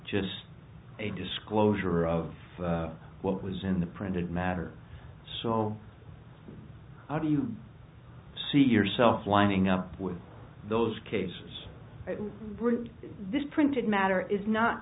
just a disclosure of what was in the printed matter so how do you see yourself lining up with those cases britain in this printed matter is not